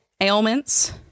ailments